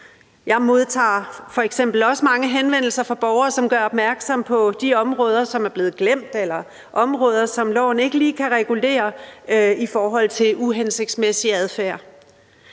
Jeg modtager f.eks. også mange henvendelser fra borgere, som gør opmærksom på de områder, som er blevet glemt, eller områder, som loven ikke lige kan regulere i forhold til uhensigtsmæssig adfærd.